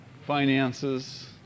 finances